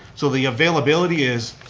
so the availability is,